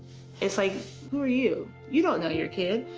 it's like who are you? you don't know your kid.